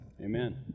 Amen